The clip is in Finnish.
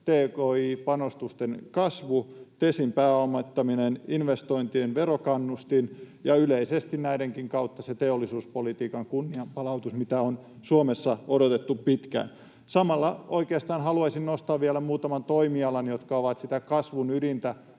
tki-panostusten kasvun, Tesin pääomittamisen, investointien verokannustimen ja yleisesti näidenkin kautta sen teollisuuspolitiikan kunnianpalautuksen, mitä on Suomessa odotettu pitkään. Samalla oikeastaan haluaisin nostaa vielä muutaman toimialan, jotka ovat sitä kasvun ydintä